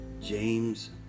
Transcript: James